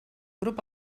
grup